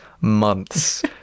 months